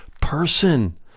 person